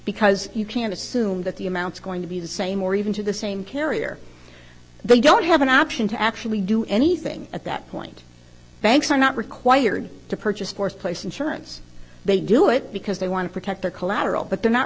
because you can assume that the amounts going to be the same or even to the same carrier they don't have an option to actually do anything at that point banks are not required to purchase th place insurance they do it because they want to protect their collateral but they're not